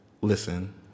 listen